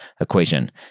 equation